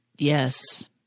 Yes